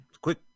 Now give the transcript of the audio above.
Quick